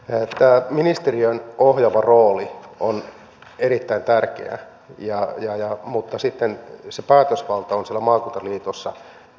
tämä ministeriön ohjaava rooli on erittäin tärkeä mutta sitten se päätösvalta siellä maakuntaliitossa on ratkaisuna äärettömän tärkeä